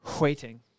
waiting